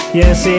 yes